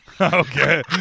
Okay